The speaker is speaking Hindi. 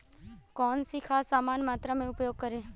कौन सी खाद समान मात्रा में प्रयोग करें?